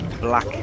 black